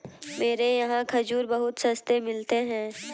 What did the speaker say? मेरे यहाँ खजूर बहुत सस्ते मिलते हैं